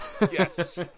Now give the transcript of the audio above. Yes